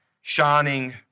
shining